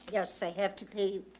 yes. i have to be,